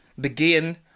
begin